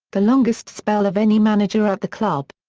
the longest spell of any manager at the club.